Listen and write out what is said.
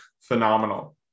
phenomenal